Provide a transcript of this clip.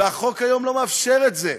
והחוק היום לא מאפשר את זה.